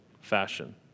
fashion